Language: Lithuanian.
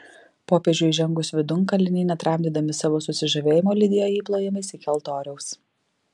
popiežiui įžengus vidun kaliniai netramdydami savo susižavėjimo lydėjo jį plojimais iki altoriaus